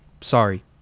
Sorry